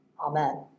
Amen